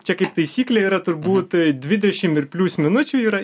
čia kaip taisyklė yra turbūt dvidešim ir plius minučių yra